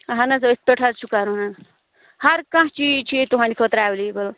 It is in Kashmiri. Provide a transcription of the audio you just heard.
اَہَن حظ أتھۍ پٮ۪ٹھ حظ چھُ کَرُن ہر کانٛہہ چیٖز چھِ ییٚتہِ تُہٕنٛدِ خٲطرٕ ایٚویلیبُل